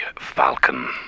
falcon